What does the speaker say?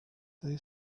they